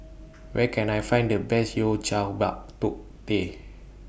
Where Can I Find The Best Yao Cai Bak Kut Teh